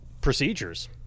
procedures